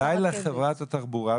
ואז כדאי לחברת התחבורה,